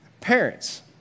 parents